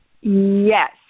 Yes